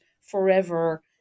forever